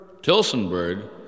Tilsonburg